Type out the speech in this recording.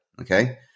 okay